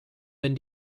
wenn